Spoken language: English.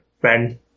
friend